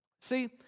See